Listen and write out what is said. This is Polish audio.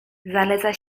zaleca